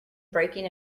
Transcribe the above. breaking